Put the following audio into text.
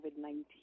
COVID-19